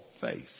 faith